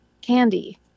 candy